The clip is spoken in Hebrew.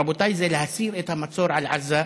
רבותיי, זה להסיר את המצור על עזה,